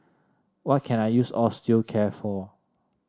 what can I use Osteocare for